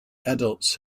adults